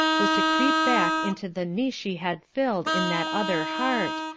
was to creep back into the niche she had filled in that other heart,